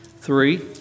Three